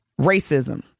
racism